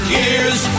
years